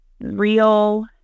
real